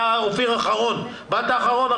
אופיר אחרון באת אחרון,